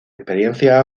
experiencia